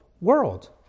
world